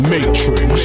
Matrix